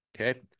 okay